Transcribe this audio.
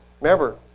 remember